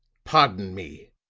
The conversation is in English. pardon me!